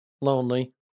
lonely